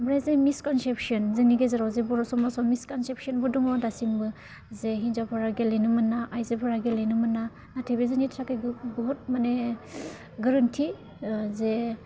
ओमफ्राय जे misconception जोंनि गेजेराव जे बर' समाजआव मिसकसेपशनबो दङ दासिबो जे हिन्जावफोरा गेलेनो मोना आइजोफोरा गेलेनो मोना नाथाय बे जोंनि थाखाय बुहुत माने गोरोन्थि जे